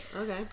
Okay